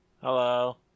Hello